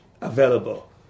available